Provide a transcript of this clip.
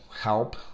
help